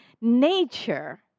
nature